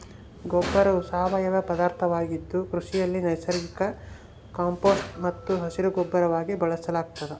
ಗೊಬ್ಬರವು ಸಾವಯವ ಪದಾರ್ಥವಾಗಿದ್ದು ಕೃಷಿಯಲ್ಲಿ ನೈಸರ್ಗಿಕ ಕಾಂಪೋಸ್ಟ್ ಮತ್ತು ಹಸಿರುಗೊಬ್ಬರವಾಗಿ ಬಳಸಲಾಗ್ತದ